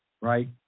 right